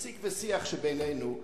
לשיג ושיח שבינינו,